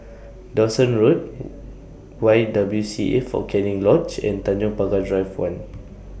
Dawson Road Y W C A Fort Canning Lodge and Tanjong Pagar Drive one